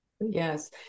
yes